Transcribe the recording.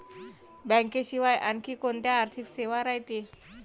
बँकेशिवाय आनखी कोंत्या आर्थिक सेवा रायते?